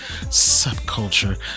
Subculture